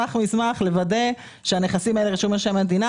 מסמך-מסמך לוודא שהנכסים האלה רשומים על שם המדינה,